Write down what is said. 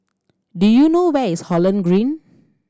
do you know where is Holland Green